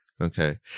Okay